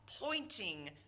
pointing